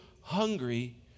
hungry